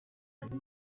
imbere